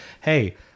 hey